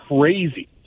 crazy